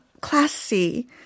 classy